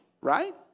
right